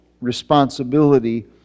responsibility